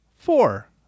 four